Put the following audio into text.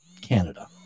Canada